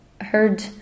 heard